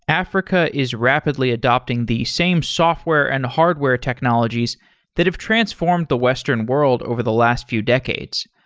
africa is rapidly adapting the same software and hardware technologies that have transformed the western world over the last few decades.